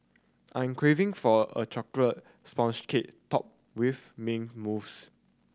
I'm craving for a chocolate sponge cake topped with mint mousse